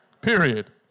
period